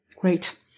Great